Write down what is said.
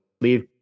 leave